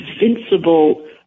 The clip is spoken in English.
invincible